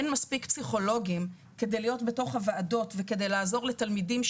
אין מספיק פסיכולוגים בוועדות כדי לעזור לתלמידים,